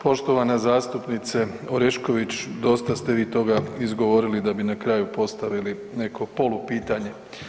Poštovana zastupnice Orešković, dosta ste vi toga izgovorili da bi na kraju postavili neko polu pitanje.